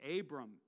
Abram